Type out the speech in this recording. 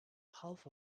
half